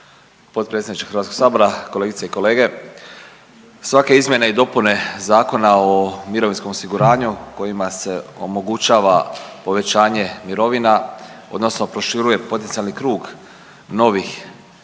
potpredsjedniče Hrvatskog sabora, kolegice i kolege. Svake izmjene i dopune Zakona o mirovinskom osiguranju kojima se omogućava povećanje mirovina, odnosno proširuje potencijalni krug novih korisnika